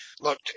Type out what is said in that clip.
look